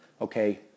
okay